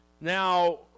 Now